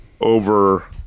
over